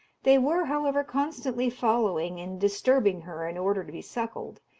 they were, however, constantly following and disturbing her in order to be suckled,